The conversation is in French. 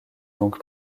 donc